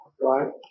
right